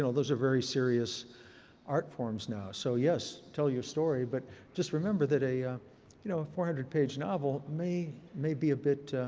know, those are very serious artforms now. so yes, tell your story. but just remember that, you know, a four hundred page novel may may be a bit,